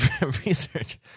Research